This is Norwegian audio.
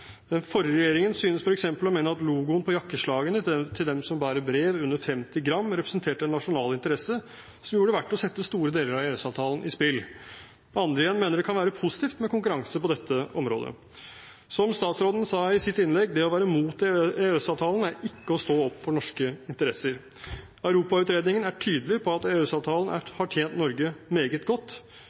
Den forrige regjeringen syntes f.eks. å mene at logoen på jakkeslagene til dem som bærer brev under 50 gram, representerte en nasjonal interesse som gjorde det verdt å sette store deler av EØS-avtalen i spill. Andre igjen mener det kan være positivt med konkurranse på dette området. Som statsråden sa i sitt innlegg, det å være imot EØS-avtalen er ikke å stå opp for norske interesser. Europautredningen er tydelig på at EØS-avtalen har tjent Norge meget godt,